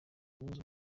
kubuza